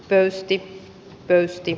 pöysti pöysti